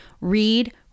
read